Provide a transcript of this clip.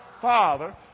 Father